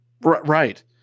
Right